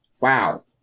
Wow